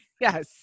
yes